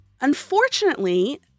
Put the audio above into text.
Unfortunately